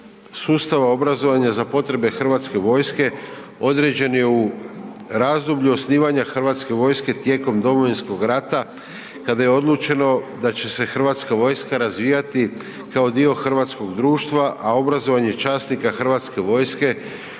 sustava obrazovanja za potrebe HV-a određen je u razdoblju osnivanja HV tijekom Domovinskog rata kada je odlučeno da će se HV razvijati kao dio hrvatskog društva, a obrazovanje časnika HV-a osigurat će